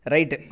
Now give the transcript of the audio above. Right